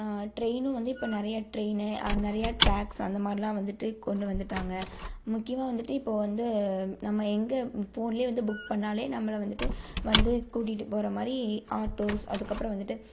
ட்ரெயினும் வந்து இப்போ நிறைய ட்ரெயினு நிறைய ட்ராக்ஸ் அந்த மாதிரிலாம் வந்துட்டு கொண்டு வந்துட்டாங்க முக்கியமாக வந்துட்டு இப்போ வந்து நம்ம எங்கள் ஃபோனில் வந்து புக் பண்ணாலே நம்மளை வந்துட்டு வந்து கூட்டிகிட்டு போகிற மாதிரி ஆட்டோஸ் அதுக்கப்புறோம் வந்துட்டு